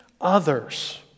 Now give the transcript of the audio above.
others